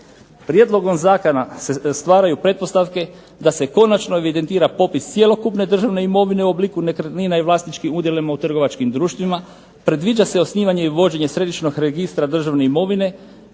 Prijedlogom zakona se stvaraju pretpostavke da se konačno evidentira popis cjelokupne državne imovine u obliku nekretnina i vlasničkim udjelima u trgovačkim društvima, predviđa se osnivanje i vođenje središnjeg registra državne imovine